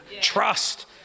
trust